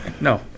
no